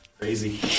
crazy